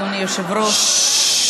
אדוני היושב-ראש.